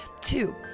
two